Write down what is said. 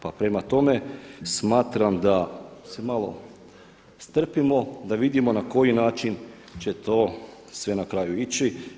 Pa prema tome smatram da se malo strpimo da vidimo na koji način će to sve na kraju ići.